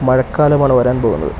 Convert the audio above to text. മഴക്കാലമാണ് വരാൻ പോകുന്നത്